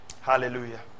Hallelujah